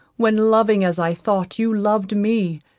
when loving as i thought you loved me,